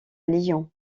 lyon